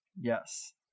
Yes